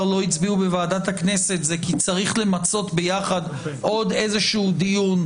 לא יצביעו בוועדת הכנסת כי צריך למצות ביחד עוד דיון,